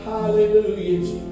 Hallelujah